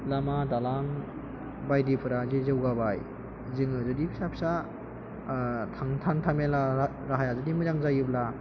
लामा दालां बायदिफोरा जे जौगाबाय जों जुदि फिसा फिसा हान्थामेला राहाया जुदि मोजां जायोब्ला